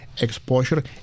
exposure